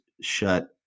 shut